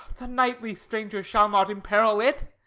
the knightly stranger shall not imperil it.